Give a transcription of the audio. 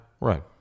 right